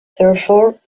therefore